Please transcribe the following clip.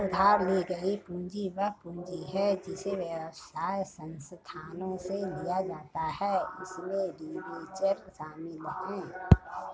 उधार ली गई पूंजी वह पूंजी है जिसे व्यवसाय संस्थानों से लिया जाता है इसमें डिबेंचर शामिल हैं